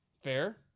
Fair